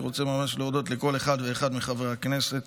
אני רוצה ממש להודות לכל אחד ואחד מחברי הכנסת,